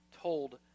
told